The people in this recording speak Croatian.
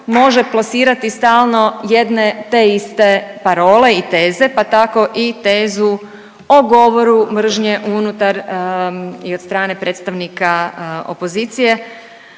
može plasirati stalno jedne te iste parole i teze, pa tako i tezu o govoru mržnje unutar i od strane predstavnika opozicije,